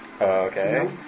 Okay